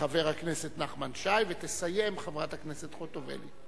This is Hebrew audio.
וחבר הכנסת נחמן שי, ותסיים, חברת הכנסת חוטובלי.